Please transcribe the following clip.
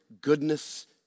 goodness